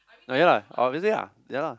no ya lah obviously lah ya lah